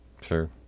Sure